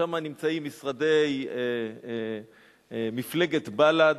שם נמצאים משרדי מפלגת בל"ד,